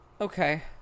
Okay